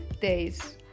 days